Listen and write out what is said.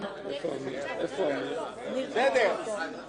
אדוני, אני